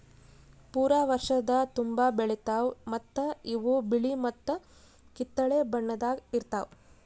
ಪೂರಾ ವರ್ಷದ ತುಂಬಾ ಬೆಳಿತಾವ್ ಮತ್ತ ಇವು ಬಿಳಿ ಮತ್ತ ಕಿತ್ತಳೆ ಬಣ್ಣದಾಗ್ ಇರ್ತಾವ್